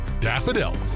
Daffodil